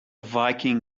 viking